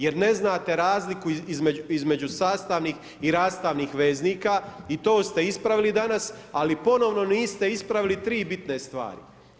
Jer ne znate razliku između sastavnih i rastavnih veznika i to ste ispravili danas, ali ponovno niste ispravili tri bitne stvari.